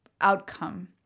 outcome